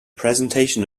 presentation